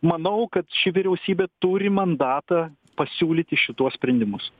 manau kad ši vyriausybė turi mandatą pasiūlyti šituos sprendimus